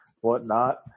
whatnot